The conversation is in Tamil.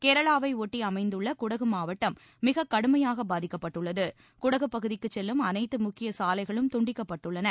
கேரளாவை ஒட்டி அமைந்துள்ள குடகு மாவட்டம் மிக கடுமையாக பாதிக்கப்பட்டுள்ளது குடகு பகுதிக்கு செல்லும் அனைத்து முக்கிய சாலைகளும் துண்டிக்கப்பட்டுள்ளன